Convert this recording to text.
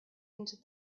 into